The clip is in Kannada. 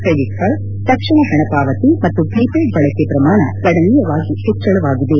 ಕ್ರೆಡಿಟ್ ಕಾರ್ಡ್ ತಕ್ಷಣ ಹಣಪಾವತಿ ಮತ್ತು ಪ್ರೀಪೇಡ್ ಬಳಕೆ ಪ್ರಮಾಣ ಗಣನೀಯವಾಗಿ ಹೆಚ್ಚಳವಾಗಿದೆ